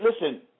listen